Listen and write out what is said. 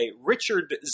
Richard